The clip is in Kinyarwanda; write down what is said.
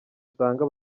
usanga